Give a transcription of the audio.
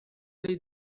ele